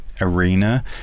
Arena